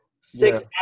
six